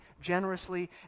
generously